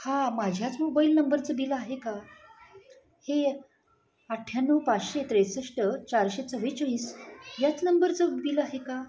हा माझ्याच मोबाईल नंबरचं बिल आहे का हे अठ्ठ्याण्णव पाचशे त्रेसष्ट चारशे चव्वेचवीस याच नंबरचं बिल आहे का